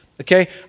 Okay